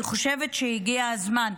אני חושבת שהגיע הזמן,